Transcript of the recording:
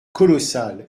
colossal